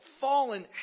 fallen